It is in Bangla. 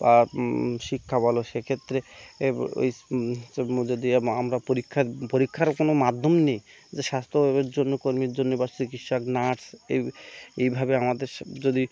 বা শিক্ষা বল সেক্ষেত্রে এই হচ্ছে মধ্যে দিয়ে আমরা পরীক্ষার পরীক্ষারও কোনো মাধ্যম নেই যে স্বাস্থ্যর জন্য কর্মীর জন্য বা চিকিৎসক নার্স এ এইভাবে আমাদের যদি